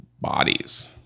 bodies